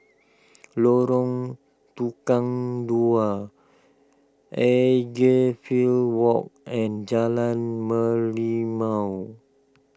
Lorong Tukang Dua Edgefield Walk and Jalan Merlimau